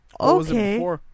Okay